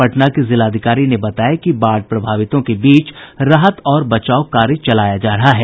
पटना के जिलाधिकारी कुमार रवि ने बताया कि प्रभावितों के बीच राहत और बचाव कार्य चलाया जा रहा है